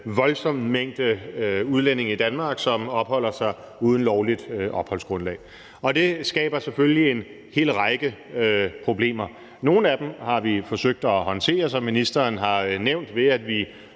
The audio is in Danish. voldsom mængde udlændinge i Danmark, som opholder sig uden et lovligt opholdsgrundlag, og det skaber selvfølgelig en hel række problemer. Nogle af dem har vi forsøgt at håndtere, som ministeren har nævnt, ved at vi